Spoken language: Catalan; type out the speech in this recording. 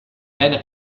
vena